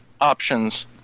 options